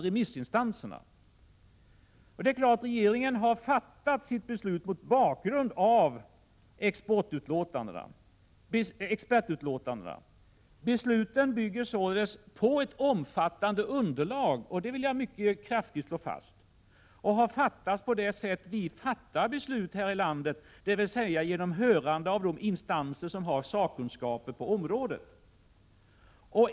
Regeringen har självfallet fattat sitt beslut mot bakgrund av expertutlåtandena, och beslutet bygger således på ett omfattande underlag — det vill jag mycket kraftigt slå fast — och har fattats på det sätt vi fattar beslut i detta land, dvs. genom hörande av de instanser som har sakkunskap på området.